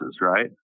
right